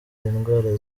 indwara